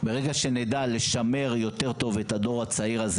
ברגע שנדע לשמר יותר טוב את הדור הצעיר הזה